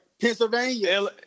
Pennsylvania